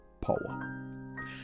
power